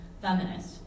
feminist